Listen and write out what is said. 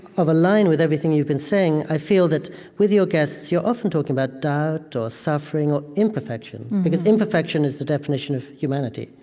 of a line with everything you've been saying, i feel that with your guests you often talk about doubt, or suffering, or imperfection because imperfection is the definition of humanity,